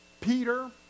Peter